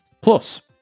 Plus